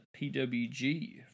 pwg